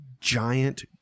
giant